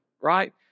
right